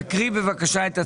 תקריא בבקשה את הצו.